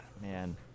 man